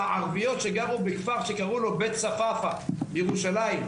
הערביות שגרו בכפר שקראו לו בית צפפה בירושלים,